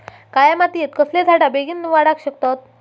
काळ्या मातयेत कसले झाडा बेगीन वाडाक शकतत?